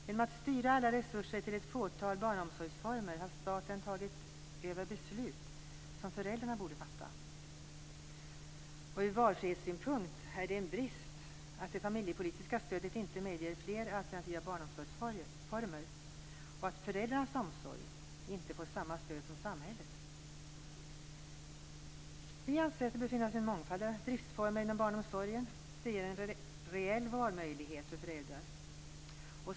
Genom att styra alla resurser till ett fåtal barnomsorgsformer har staten tagit över beslut som föräldrarna borde fatta. Ur valfrihetssynpunkt är det en brist att det familjepolitiska stödet inte medger fler alternativa barnomsorgsformer och att föräldrarnas omsorg inte får samma stöd som samhällets. Vi anser att det bör finnas en mångfald av driftsformer inom barnomsorgen. Det ger en reell valmöjlighet för föräldrar.